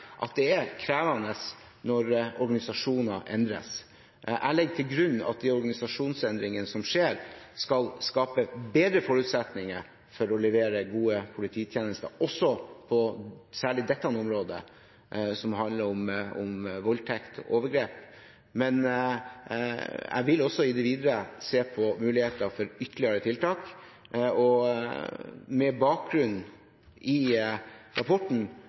at det er krevende når organisasjoner endres. Jeg legger til grunn at de organisasjonsendringene som skjer, skal skape bedre forutsetninger for å levere gode polititjenester særlig også på dette området, som handler om voldtekt og overgrep. Men jeg vil i det videre også se på muligheter for ytterligere tiltak, og med bakgrunn i rapporten